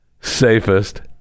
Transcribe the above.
Safest